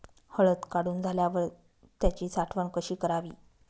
हळद काढून झाल्यावर त्याची साठवण कशी करावी?